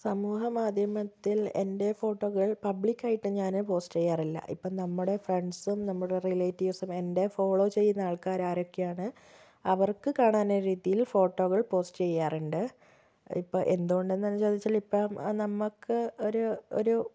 സമൂഹ മാധ്യമത്തില് എന്റെ ഫോട്ടോകള് പബ്ലിക് ആയിട്ട് ഞാൻ പോസ്റ്റ് ചെയ്യാറില്ല ഇപ്പം നമ്മുടെ ഫ്രണ്ട്സും നമ്മുടെ റിലേറ്റീവ്സും എന്നെ ഫോളോ ചെയ്യുന്ന ആള്ക്കാർ ആരൊക്കെയാണ് അവര്ക്ക് കാണാനെ രീതിയില് ഫോട്ടോകള് പോസ്റ്റ് ചെയ്യാറുണ്ട് ഇപ്പോൾ എന്തുകൊണ്ടാണ് എന്ന് വെച്ചാല് ഇപ്പം നമുക്ക് ഒരു ഒരു